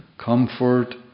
Comfort